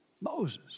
Moses